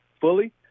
fully